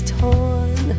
torn